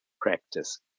practice